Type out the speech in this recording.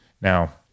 Now